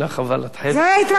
זאת התרגשות באמת.